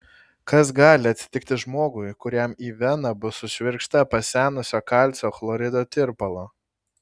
kas gali atsitikti žmogui kuriam į veną bus sušvirkšta pasenusio kalcio chlorido tirpalo